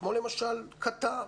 כמו למשל קטאר,